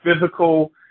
physical